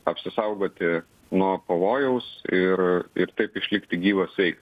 apsisaugoti nuo pavojaus ir ir taip išlikti gyvas sveikas